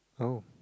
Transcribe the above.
oh